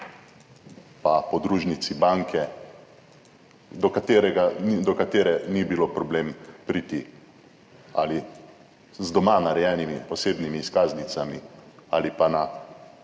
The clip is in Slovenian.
pa podružnici banke, do katerega, do katere ni bilo problem priti ali z doma narejenimi posebnimi izkaznicami ali pa na,